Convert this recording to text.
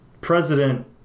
president